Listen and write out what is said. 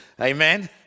Amen